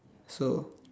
so